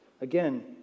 again